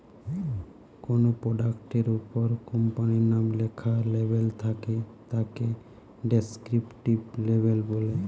কোনো প্রোডাক্ট এর উপর কোম্পানির নাম লেখা লেবেল থাকে তাকে ডেস্ক্রিপটিভ লেবেল বলে